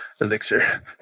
Elixir